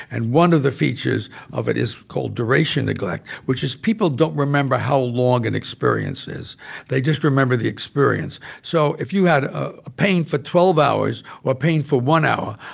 and one of the features of it is called duration neglect, which is people don't remember how long an experience is they just remember the experience. so if you had ah pain for twelve hours or pain for one hour,